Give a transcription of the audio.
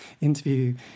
interview